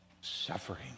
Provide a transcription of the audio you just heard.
suffering